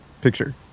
picture